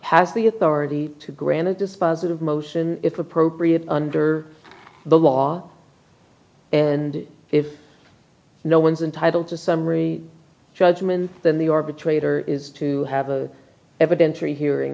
has the authority to grant a dispositive motion if appropriate under the law and if no one's entitle to summary judgment then the arbitrator is to have a evidence or hearing